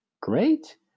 Great